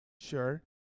Sure